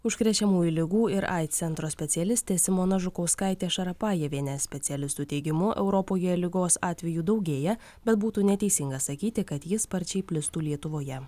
užkrečiamųjų ligų ir aids centro specialistė simona žukauskaitė šarapajevienė specialistų teigimu europoje ligos atvejų daugėja bet būtų neteisinga sakyti kad ji sparčiai plistų lietuvoje